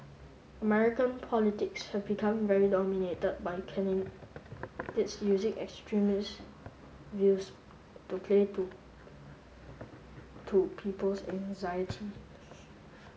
American politics have become very dominated by using extremist views to play to to people's anxiety